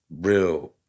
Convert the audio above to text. real